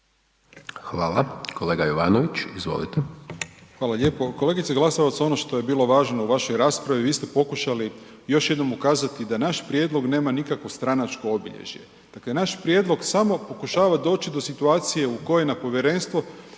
izvolite. **Jovanović, Željko (SDP)** Hvala lijepo. Kolegice Glasovac ono što je bilo važno u vašoj raspravi vi ste pokušali još jednom ukazati da naš prijedlog nema nikakvo stranačko obilježje. Dakle, naš prijedlog samo pokušava doći do situacije u kojoj na Povjerenstvo